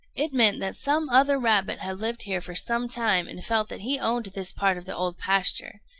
it meant that some other rabbit had lived here for some time and felt that he owned this part of the old pasture.